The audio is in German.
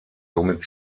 somit